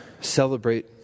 celebrate